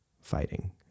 fighting